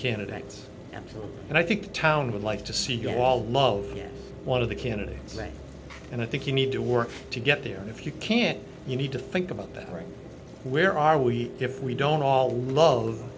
candidates and i think town would like to see you all love one of the candidates and i think you need to work to get there if you can't you need to think about that right where are we if we don't all love